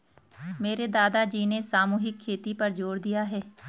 मेरे दादाजी ने सामूहिक खेती पर जोर दिया है